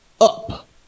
up